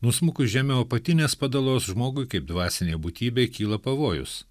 nusmukus žemiau apatinės padalos žmogui kaip dvasinei būtybei kyla pavojus